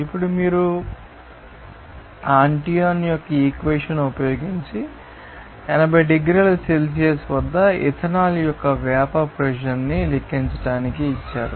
ఇప్పుడు మీరు ఆంటోయిన్ యొక్క ఈక్వేషన్ ఉపయోగించి 80 డిగ్రీల సెల్సియస్ వద్ద ఇథనాల్ యొక్క వేపర్ ప్రెషర్ న్ని లెక్కించడానికి ఇచ్చారు